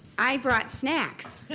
i brought snacks.